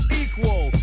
equal